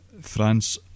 France